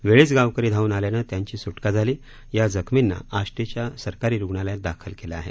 वेळीच गावकरी धावून आल्यानं त्यांची सुटका झाली या जखमींना आष्टीच्या सरकारी रूग्णालयात दाखल केलं आहे